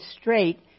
straight